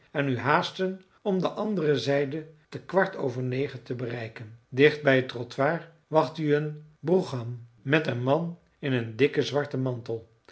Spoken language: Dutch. en u haasten om de andere zijde te kwart over negen te bereiken dicht bij het trottoir wacht u een brougham met een man in een dikken zwarten mantel